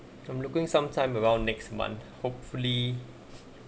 from looking sometime around next month hopefully